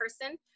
person